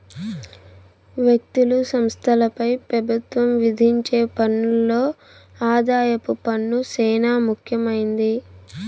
వ్యక్తులు, సంస్థలపై పెబుత్వం విధించే పన్నుల్లో ఆదాయపు పన్ను సేనా ముఖ్యమైంది